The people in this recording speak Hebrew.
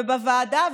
ובוועדה,